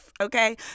okay